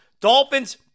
Dolphins